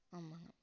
ஆமாங்க